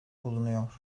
bulunuyor